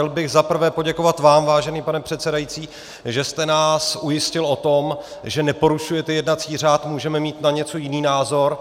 Chtěl bych za prvé poděkovat vám, vážený pane předsedající, že jste nás ujistil o tom, že neporušujete jednací řád, můžeme mít na něco jiný názor.